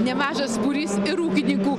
nemažas būrys ir ūkininkų